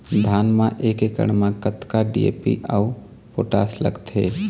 धान म एक एकड़ म कतका डी.ए.पी अऊ पोटास लगथे?